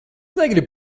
negribu